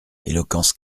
éloquence